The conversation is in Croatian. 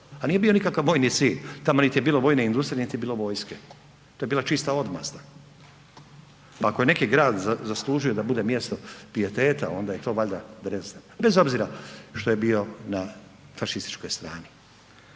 a nije bio nikakav vojni cilj, tamo niti je bilo vojne industrije niti je bilo vojske. To je bila čista odmazda pa ako je neki grad zaslužio da bude mjesto pijeteta, onda je to valjda Dresden, bez obzira što je bio na fašističkoj strani,